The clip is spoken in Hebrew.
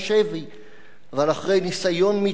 אבל אחרי ניסיון מצטבר וארוך,